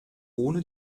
ohne